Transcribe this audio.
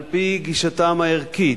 על-פי גישתם הערכית,